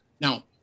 Now